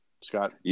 Scott